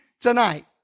Tonight